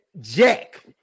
Jack